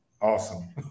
awesome